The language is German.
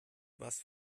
was